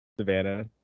Savannah